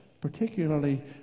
particularly